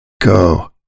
Go